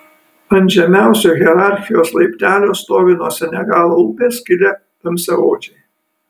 ant žemiausio hierarchijos laiptelio stovi nuo senegalo upės kilę tamsiaodžiai